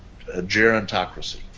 gerontocracy